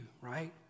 right